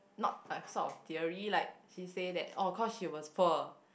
not a sort of theory like she say that orh cause she was poor